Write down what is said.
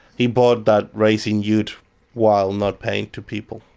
he bought that racing ute while not paying to people.